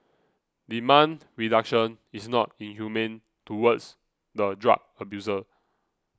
demand reduction is not inhumane towards the drug abuser